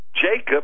Jacob